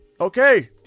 Okay